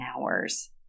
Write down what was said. hours